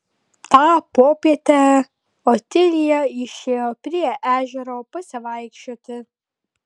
tą popietę otilija išėjo prie ežero pasivaikščioti